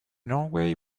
norway